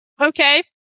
okay